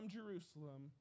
Jerusalem